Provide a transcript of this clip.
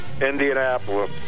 Indianapolis